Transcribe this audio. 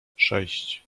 sześć